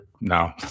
No